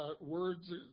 words